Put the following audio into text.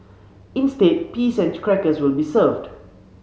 instead peas and crackers will be served